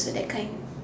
so that kind